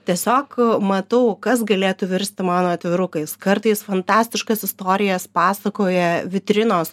tiesiog matau kas galėtų virsti mano atvirukais kartais fantastiškas istorijas pasakoja vitrinos